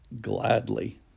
gladly